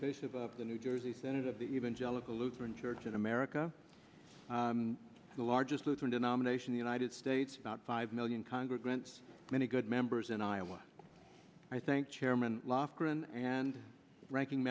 base of the new jersey senate of the even jalapa lutheran church in america the largest lutheran denomination the united states not five million congregants many good members in iowa i think chairman lofgren and ranking